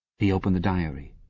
he opened the diary.